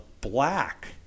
black